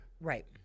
Right